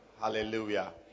Hallelujah